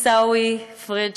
עיסאווי פריג',